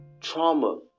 Trauma